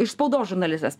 iš spaudos žurnalistas